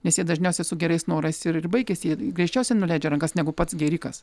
nes jie dažniausiai su gerais norais ir ir baigiasi greičiausiai nuleidžia rankas negu pats gėrikas